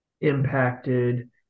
impacted